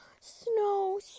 snow